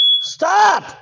Stop